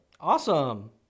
Awesome